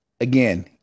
Again